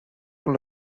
con